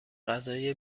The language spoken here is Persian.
غذای